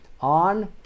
on